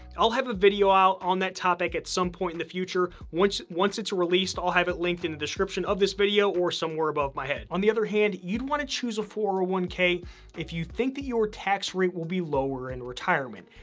i'll have a video out on that topic at some point in the future. once once it's released, i'll have it linked in the description of this video or somewhere above my head. on the other hand, you'd wanna choose a four hundred and ah one k if you think that your tax rate will be lower in retirement.